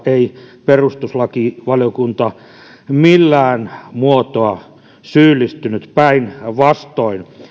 ei perustuslakivaliokunta todellakaan millään muotoa syyllistynyt päinvastoin